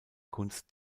kunst